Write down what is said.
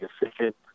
efficient